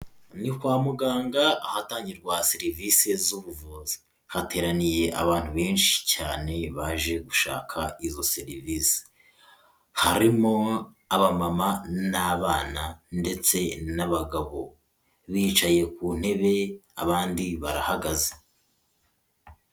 Ni kwa muganga hatangirwa serivisi z'ubuvuzi. Hateraniye abantu benshi cyane baje gushaka izo serivisi harimo aba mama n'abana ndetse n'abagabo bicaye ku ntebe abandi barahagaze.